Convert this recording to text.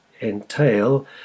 entail